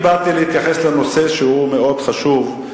אני באתי להתייחס לנושא שהוא מאוד חשוב,